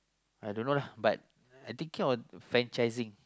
I don't know lah but I thinking of franchising